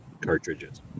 cartridges